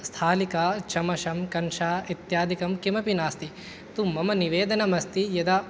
स्थालिका चमसः कंशः इत्यादिकं किमपि नास्ति तु मम निवेदनमस्ति यदा